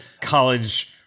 College